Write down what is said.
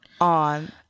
On